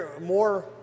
more